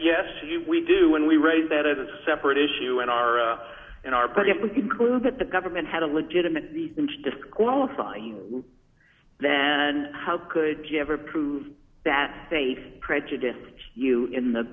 you we do when we raise that as a separate issue in our in our but if we conclude that the government had a legitimate reason to disqualify you then how could you ever prove that states prejudiced you in the